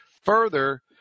Further